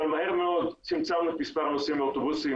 אבל מהר מאוד צמצמנו את מספר הנוסעים באוטובוסים